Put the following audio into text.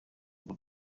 urwo